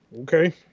okay